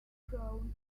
prone